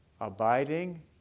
Abiding